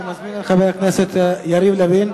אני מזמין את חבר הכנסת יריב לוין.